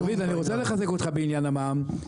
דוד, אני רוצה לחזק אותך בעניין המע"מ.